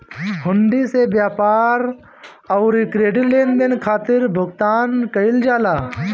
हुंडी से व्यापार अउरी क्रेडिट लेनदेन खातिर भुगतान कईल जाला